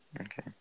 Okay